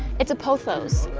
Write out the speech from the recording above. it's a pothos,